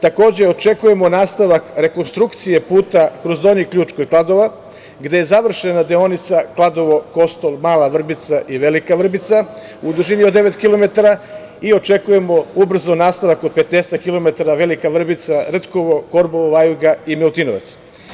Takođe, očekujemo nastavak rekonstrukcije puta kroz Donji Ključ kod Kladova, gde je završena deonica Kladovo-Kostol-Mala Vrbica i Velika Vrbica u dužini od devet kilometara i očekujemo ubrzo nastavak od petnaestak kilometara Velika Vrbica-Rtkovo-Korbovo-Vajuga i Milutinovac.